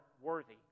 worthy